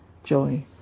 Joy